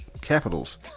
Capitals